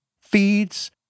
feeds